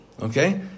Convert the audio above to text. Okay